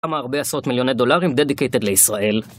כמה הרבה עשרות מיליוני דולרים Dedicated לישראל?